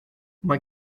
mae